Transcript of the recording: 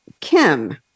Kim